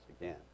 again